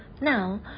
Now